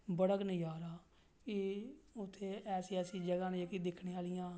ते बड़ा गै नज़ारा एह् ऐसियां ऐसियां जगहां ना उत्थें दिक्खने आह्लियां